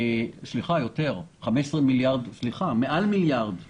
סליחה, יותר, מעל מיליארד שקל,